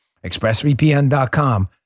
expressvpn.com